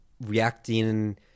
reacting